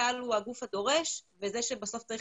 צה"ל הוא הגוף הדורש וזה שבסוף צריך